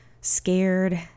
Scared